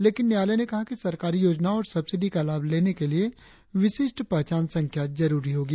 लेकिन न्यायालय ने कहा है कि सरकारी योजनाओं और सब्सिडी का लाभ लेने के लिए विशिष्ठ पहचान संख्या जरुरी होगी